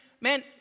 Man